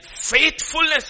faithfulness